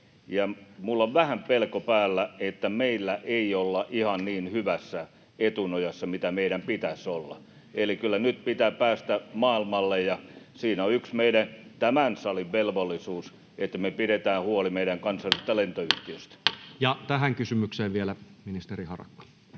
minulla on vähän pelko päällä, että meillä ei olla ihan niin hyvässä etunojassa kuin meidän pitäisi olla. Eli kyllä nyt pitää päästä maailmalle, ja siinä on yksi tämän salin velvollisuus, että me pidetään huoli meidän kansallisesta lentoyhtiöstä. [Speech 73] Speaker: